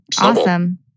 Awesome